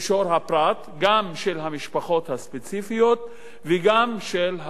גם של המשפחות הספציפיות וגם של הרשות המקומית.